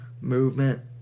movement